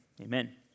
Amen